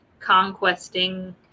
conquesting